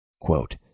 Quote